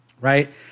right